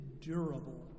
durable